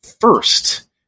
first